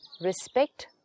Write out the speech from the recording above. Respect